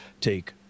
take